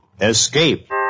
Escape